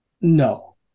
No